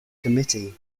committee